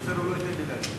את הנושא לוועדת הפנים